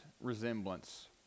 resemblance